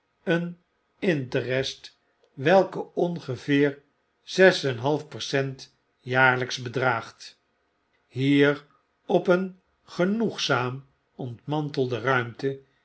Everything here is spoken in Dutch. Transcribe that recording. een interest welke ongeveer zes en een half percent jaarlps bedraagt hier op een genoegzaam ontmantelde ruimte